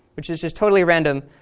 which is is totally random,